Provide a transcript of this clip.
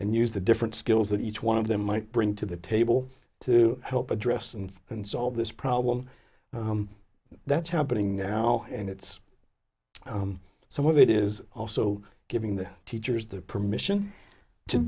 and use the different skills that each one of them might bring to the table to help address and and solve this problem that's happening now and it's some of it is also giving the teachers the permission to